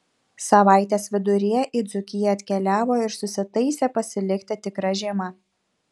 savaitės viduryje į dzūkiją atkeliavo ir susitaisė pasilikti tikra žiema